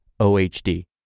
OHD